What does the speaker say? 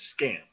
scam